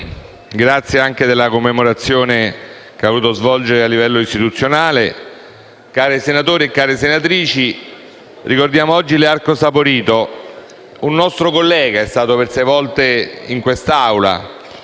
ringrazio per la commemorazione che ha voluto svolgere a livello istituzionale.